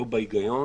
לא בהיגיון